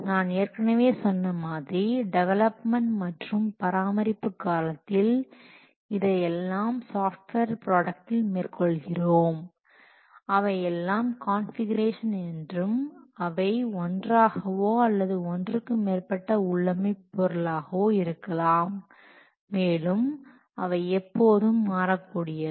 நான் ஏற்கனவே சொன்ன மாதிரி டெவலப்மெண்ட் மற்றும் பராமரிப்பு காலத்தில் இதையெல்லாம் சாஃப்ட்வேர் ப்ராடக்டில் மேற்கொள்கிறோம் அவையெல்லாம் கான்ஃபிகுரேஷன் என்றும் அவை ஒன்றாகவோ அல்லது ஒன்றுக்கு மேற்பட்ட உள்ளமைப்பு பொருளாகவோ இருக்கலாம் மேலும் அவை எப்போதும் மாறக்கூடியவை